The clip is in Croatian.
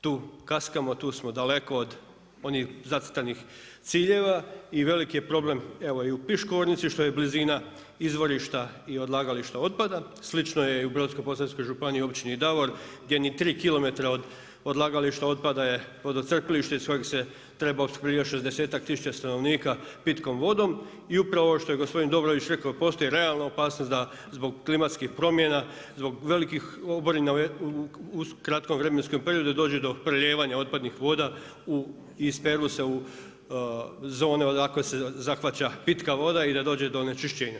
Tu kaskamo, tu smo daleko od onih zacrtanih ciljeva i veliki je problem evo i u Piškornici što je blizina izvorišta i odlagališta otpada, slično je i u Brodsko-posavskoj županiji, Općini Davor gdje ni tri kilometra od odlagališta otpada je vodocrpilište iz kojeg se treba opskrbljivati šezdesetak tisuća stanovnika pitkom vodom i upravo ovo što je gospodin Dobrović rekao, postoji realna opasnost da zbog klimatskih promjena, zbog velikih oborina u kratkom vremenskom periodu dođe do prelijevanja otpadnih voda, isperu se u zone odakle se zahvaća pitka voda i da dođe do onečišćenja.